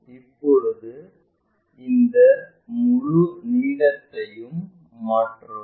இப்போது இந்த முழு நீளத்தையும் மாற்றவும்